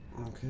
Okay